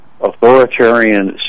authoritarian